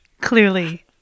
clearly